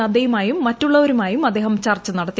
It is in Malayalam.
നദ്ദയുമായും മറ്റുള്ളവരുമായും അദ്ദേഹം ചർച്ച നടത്തി